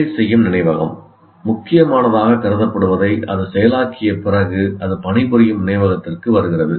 வேலை செய்யும் நினைவகம் முக்கியமானதாகக் கருதப்படுவதை அது செயலாக்கிய பிறகு அது பணிபுரியும் நினைவகத்திற்கு வருகிறது